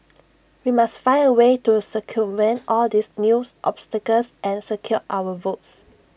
we must find A way to circumvent all these news obstacles and secure our votes